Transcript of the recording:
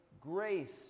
grace